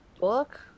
book